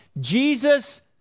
Jesus